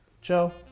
Joe